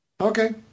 okay